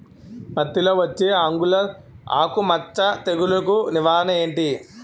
పత్తి లో వచ్చే ఆంగులర్ ఆకు మచ్చ తెగులు కు నివారణ ఎంటి?